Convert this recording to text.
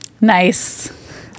Nice